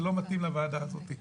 זה לא מתאים לוועדה הזאת.